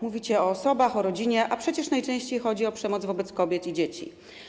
Mówicie o osobach, o rodzinie, a przecież najczęściej chodzi o przemoc wobec kobiet i dzieci.